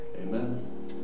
Amen